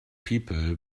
people